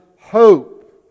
hope